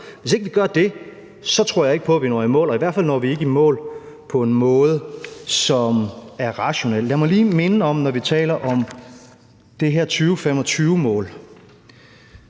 billigere, gøres bedre, så tror jeg ikke på, at vi når i mål, og i hvert fald når vi ikke i mål på en måde, som er rationel. Lad mig lige minde om, når vi taler om det her 2025-mål,